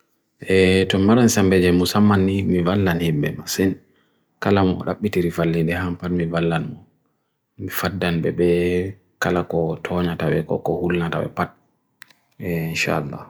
Eee, tum maran sam beje musam mani, mi valan hebe masin kalam mo rapiti rifalli dehan par mi valan mo mi faddan bebe kalak o toh nata weko, ko hul nata we pat eee, insha Allah